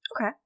Okay